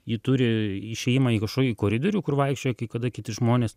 ji turi išėjimą į kažkokį koridorių kur vaikščioja kai kada kiti žmonės